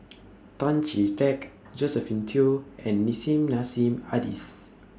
Tan Chee Teck Josephine Teo and Nissim Nassim Adis